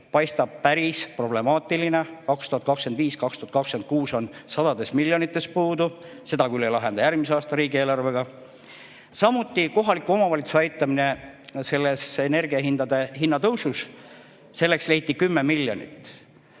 olevat päris problemaatiline, 2025–2026 on sadu miljoneid puudu. Seda küll ei lahenda järgmise aasta riigieelarvega. Samuti kohaliku omavalitsuse aitamine energiahindade tõusu ajal. Selleks leiti 10 miljonit.